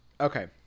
Okay